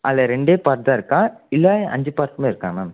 அதில் ரெண்டே பார்ட் தான் இருக்கா இல்லை அஞ்சு பார்ட்டுமே இருக்கா மேம்